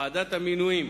ועדת המינויים